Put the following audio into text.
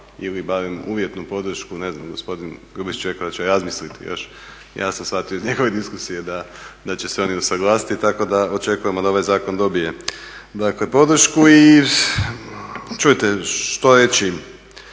ili barem uvjetnu podršku, ne znam gospodin Grubišić je rekao da će razmisliti još. Ja sam shvatio iz njegove diskusije da će se oni usuglasiti tako da očekujemo da ovaj zakon dobije podršku. Čujete, što reći,